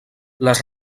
les